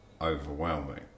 overwhelming